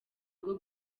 rwo